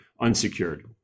unsecured